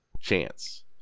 chance